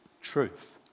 truth